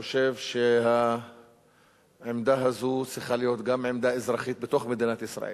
חושב שהעמדה הזאת צריכה להיות גם עמדה אזרחית בתוך מדינת ישראל.